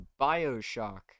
Bioshock